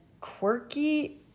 quirky